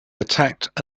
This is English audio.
attacked